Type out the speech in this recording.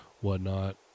whatnot